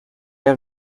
have